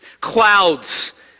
clouds